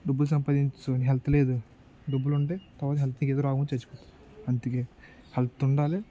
డబ్బు సంపాదించావు హెల్త్ లేదు డబ్బులు ఉంటే తరువాత హెల్త్కి ఏదో రోగం రావచ్చు చచ్చిపోతావు అందుకే హెల్త్ ఉండాలి